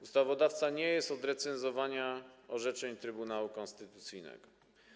Ustawodawca nie jest od recenzowania orzeczeń Trybunału Konstytucyjnego.